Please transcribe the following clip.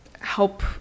help